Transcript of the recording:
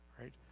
right